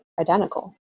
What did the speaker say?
identical